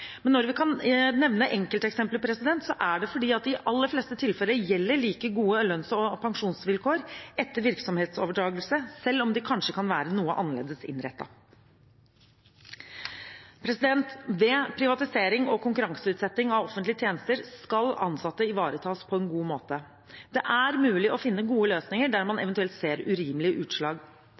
Men når vi kan nevne enkelteksempler, er det fordi i de aller fleste tilfeller gjelder like gode lønns- og pensjonsvilkår etter virksomhetsoverdragelse, selv om de kanskje kan være noe annerledes innrettet. Ved privatisering og konkurranseutsetting av offentlige tjenester skal ansatte ivaretas på en god måte. Det er mulig å finne gode løsninger der man eventuelt ser urimelige utslag.